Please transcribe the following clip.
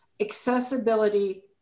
Accessibility